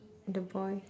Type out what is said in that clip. the boy